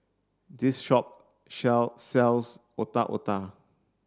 this shop shell sells Otak Otak